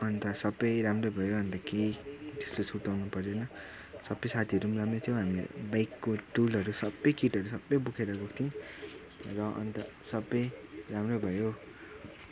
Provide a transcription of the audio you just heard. अन्त सबै राम्रै भयो अन्त के त्यस्तो सुर्ताउनु परेन सबै साथीहरू पनि राम्रै थियो हामीलाई बाइकको टुलहरू सबै किटहरू सबै बोकेर गएको थियौँ र अन्त सबै राम्रो भयो